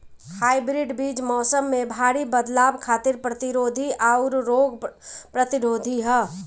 hybrid बीज मौसम में भारी बदलाव खातिर प्रतिरोधी आउर रोग प्रतिरोधी ह